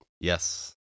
Yes